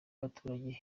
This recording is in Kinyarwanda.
abaturage